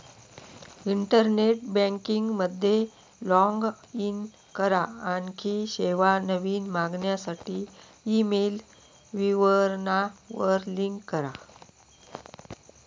internet banking मध्ये log in करा, आणखी सेवा, नवीन मागणीसाठी ईमेल विवरणा वर क्लिक करा